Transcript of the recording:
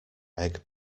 egg